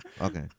okay